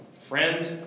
friend